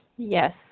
Yes